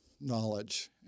knowledge